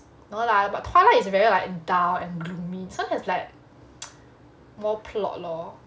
no lah but twilight is very like dull and gloomy this one is like more plot lor